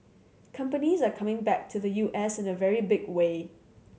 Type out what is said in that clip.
companies are coming back to the U S in a very big way